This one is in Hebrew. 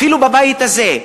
אפילו בבית הזה.